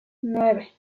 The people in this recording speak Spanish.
nueve